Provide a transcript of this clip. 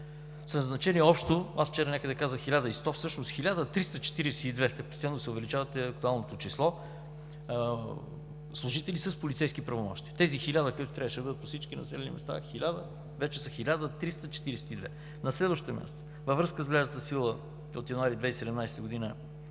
назначени общо – аз вчера някъде казах – 1100, но всъщност са 1342, тоест постоянно се увеличават и това е актуалното число, служителите с полицейски правомощия. Тези 1000, които трябваше да бъдат по всички населени места, вече са 1342. На следващо място, във връзка с влязлата в сила от месец януари 2017 г.